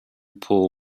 pool